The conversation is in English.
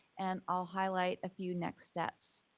and i'll highlight a few next steps.